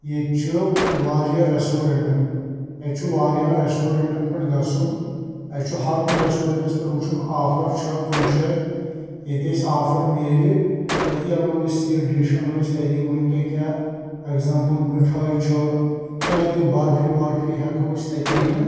ییٚتہِ چھِ واریاہ رٮ۪سٹورٮ۪نٛٹ ییٚتہِ چھُ واریاہن رٮ۪سٹورٮ۪نٛٹَن پٮ۪ٹھ گژھُن اَسہِ چھُ ہَر کُنہِ رٮ۪سٹورٮ۪نٛٹَس پٮ۪ٹھ وٕچھُن آفر چھےٚ کُنۍ جاے ییٚتہِ اَسہِ آفر میلہِ تٔتی اَنو أسۍ یہِ ڈِش اَنو أسۍ تٔتی مٲنۍ تُہۍ کیٛاہ اٮ۪کزامپٕل مِٹھٲے چھُ کیٚنٛہہ تہِ برفی ورفی ہٮ۪کو أسۍ تٔتی أنِتھ